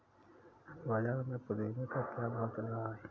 अभी बाज़ार में पुदीने का क्या भाव चल रहा है